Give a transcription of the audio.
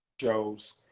shows